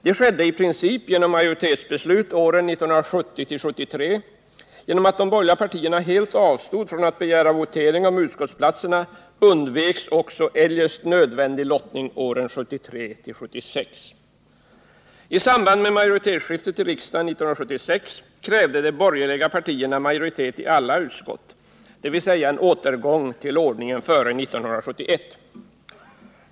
Detta skedde i princip genom majoritetsbeslut åren 1970-1973. Till följd av att de borgerliga partierna helt avstod från att begära votering om utskottsplatserna undveks också eljest nödvändig lottning åren 1973-1976. I samband med majoritetsskiftet i riksdagen 1976 krävde de borgerliga partierna majoritet i alla utskott, dvs. en återgång till ordningen före 1971.